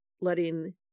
letting